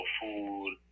food